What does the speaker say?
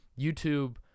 YouTube